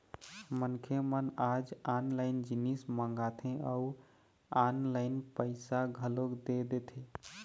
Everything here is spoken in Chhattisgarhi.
मनखे मन आज ऑनलाइन जिनिस मंगाथे अउ ऑनलाइन पइसा घलोक दे देथे